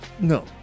No